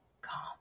calm